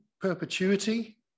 perpetuity